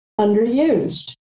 underused